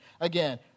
again